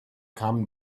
come